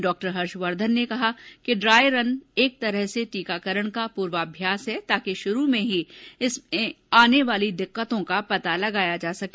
डॉ हर्षवर्धन ने कहा कि ड्राई रन एक तरह से टीकाकरण का पूर्वाम्यास है ताकि शुरू में ही इसमें आने वाली दिक्कतों का पता लगाया जा सके